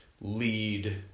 lead